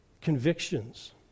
convictions